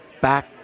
back